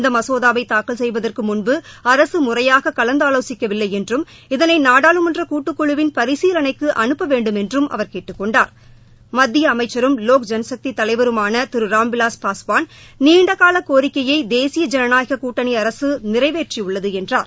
இந்த மசோதாவை தாக்கல் செய்வதற்கு முன்பு அரசு முறையாக கலந்து ஆலோசிக்கவில்லை என்றும் இதனை நாடாளுமன்ற கூட்டுக்குழுவின் பரிசீலனைக்கு அனுப்ப வேண்டும் என்றும் அவர் கூட்டுக்கொண்டார் மத்திய அமைச்சரும் வோக் ஜனசக்தி தலைவருமான திரு ராம்விவாஸ் பாஸ்வான் நீண்டகால கோரிக்கையை தேசிய ஜனநாயக கூட்டணி அரசு நிறைவேற்றியுள்ளது என்றார்